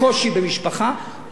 עושים צעדים לא נעימים.